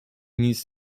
nic